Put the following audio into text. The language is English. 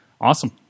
awesome